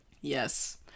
Yes